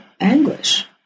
anguish